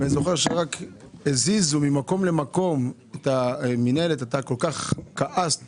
אני זוכר שכאשר הזיזו ממקום למקום את המינהלת אתה כל כך כעסת,